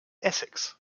essex